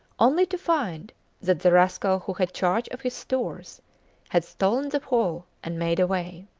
only to find that the rascal who had charge of his stores had stolen the whole and made away.